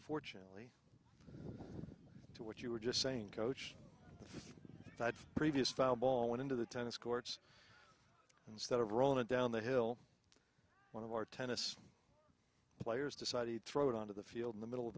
unfortunately to what you were just saying coach previous foul ball into the tennis courts instead of rolling down the hill one of our tennis players decide to throw it onto the field in the middle of